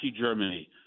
Germany